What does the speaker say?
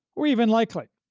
or even likely.